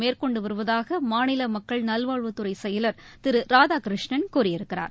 மேற்கொண்டு வருவதாக மாநில மக்கள் நல்வாழ்வுத்துறை செயலர் திரு ராதாகிருஷ்ணன் கூறியிருக்கிறார்